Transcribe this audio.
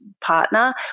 partner